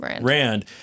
Rand